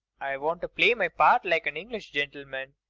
i want to play my part like an english gentleman.